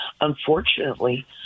Unfortunately